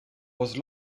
was